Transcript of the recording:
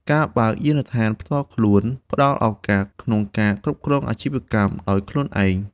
អ្នកដែលមានសហគ្រិនភាពខ្ពស់អាចបង្កើតយានដ្ឋានជួសជុលផ្ទាល់ខ្លួនបាន។